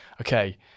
okay